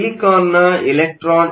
ಸಿಲಿಕಾನ್ನ electron affinity 4